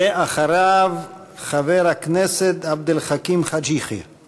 ואחריו, חבר הכנסת עבד אל חכים חאג' יחיא.